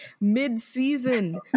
mid-season